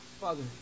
Father